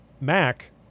Mac